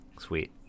Sweet